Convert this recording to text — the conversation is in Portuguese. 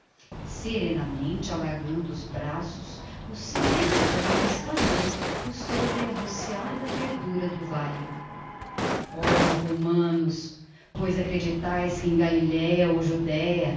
serenamente alargando os braços o sereno velho exclamou por sobre a rociada verdura do vale oh romanos pois acreditais que em galileia ou judeia